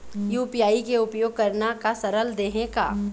UPI के उपयोग करना का सरल देहें का?